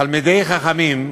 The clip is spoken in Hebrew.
תלמידי חכמים,